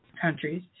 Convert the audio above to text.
countries